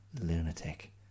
lunatic